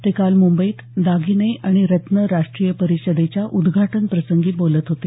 ते काल मुंबईत दागिने आणि रत्न राष्ट्रीय परिषदेच्या उद्घाटनप्रसंगी बोलत होते